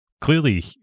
clearly